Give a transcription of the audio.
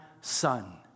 son